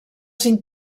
cinc